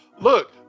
look